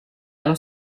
alla